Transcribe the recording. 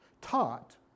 taught